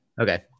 Okay